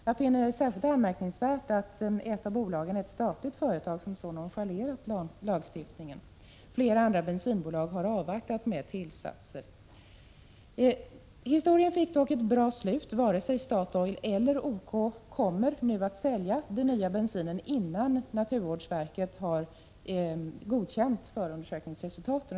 Jag finner det särskilt anmärkningsvärt att ett av de bolag som så uppenbart nonchalerat lagstiftningen är ett statligt företag. Flera andra bensinbolag har avvaktat när det gäller att använda tillsatser. Historien fick dock ett bra slut. Varken Statoil eller OK kommer nu att sälja den nya bensinen förrän naturvårdsverket har godkänt förundersökningsresultaten.